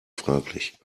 fraglich